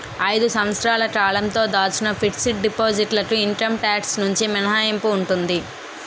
ఐదు సంవత్సరాల కాలంతో దాచుకున్న ఫిక్స్ డిపాజిట్ లకు ఇన్కమ్ టాక్స్ నుంచి మినహాయింపు ఉంటుంది